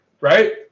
right